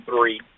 three